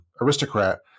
aristocrat